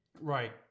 Right